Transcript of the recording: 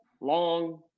long